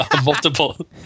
Multiple